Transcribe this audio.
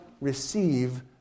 receive